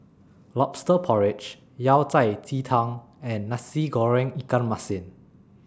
Lobster Porridge Yao Cai Ji Tang and Nasi Goreng Ikan Masin